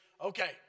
okay